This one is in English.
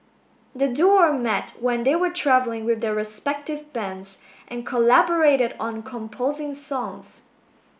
the duo met when they were travelling with their respective bands and collaborated on composing songs